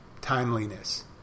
timeliness